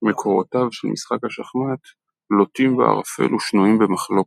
מקורותיו של משחק השחמט לוטים בערפל ושנויים במחלוקת,